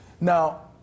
Now